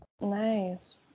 Nice